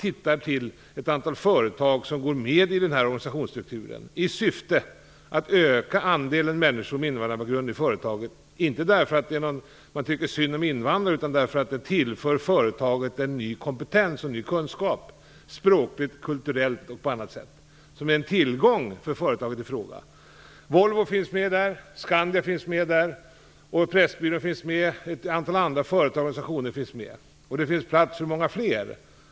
I den här organisationsstrukturen går ett antal företag med i syfte att öka andelen människor med invandrarbakgrund i företagen, inte för att man tycker synd om invandrare, utan därför att de tillför företaget en ny kompetens och en ny kunskap, språkligt, kulturellt och på annat sätt, som är en tillgång för företaget i fråga. Volvo finns med där. Skandia finns med där. Pressbyrån finns med. Ett antal andra företag och organisationer finns med. Det finns plats för många fler.